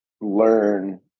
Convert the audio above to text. learn